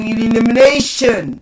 elimination